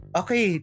okay